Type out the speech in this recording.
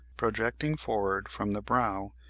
projecting forward from the brow,